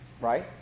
Right